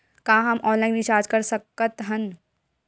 का हम online recharge कर सकत हन?